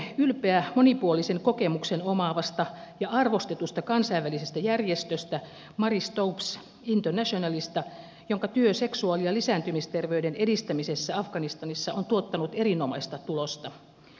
olen ylpeä monipuolisen kokemuksen omaavasta ja arvostetusta kansainvälisestä järjestöstä marie stopes internationalista jonka työ seksuaali ja lisääntymisterveyden edistämisessä afganistanissa on tuottanut erinomaista tulosta